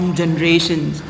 generations